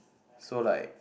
so like